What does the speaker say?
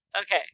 Okay